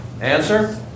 Answer